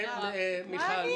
אני?